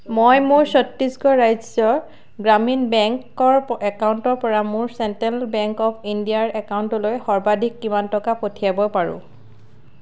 মই মোৰ ছত্তিশগড় ৰাজ্য গ্ৰামীণ বেংকৰ প একাউণ্টৰ পৰা মোৰ চেণ্ট্ৰেল বেংক অৱ ইণ্ডিয়াৰ একাউণ্টলৈ সৰ্বাধিক কিমান টকা পঠিয়াব পাৰোঁ